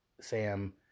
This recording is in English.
Sam